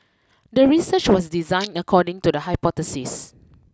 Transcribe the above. the research was designed according to the hypothesis